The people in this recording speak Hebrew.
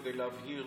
כדי להבהיר